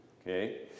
Okay